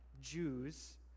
Jews